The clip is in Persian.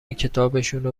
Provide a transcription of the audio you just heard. کتابشونو